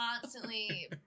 constantly